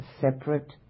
separate